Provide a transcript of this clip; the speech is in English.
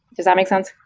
does that make sense?